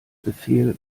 befehl